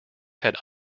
had